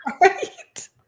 Right